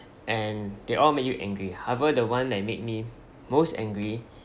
and they all make you angry however the one they made me most angry